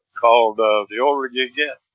called the the older you yeah